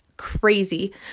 crazy